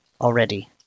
already